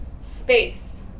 space